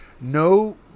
no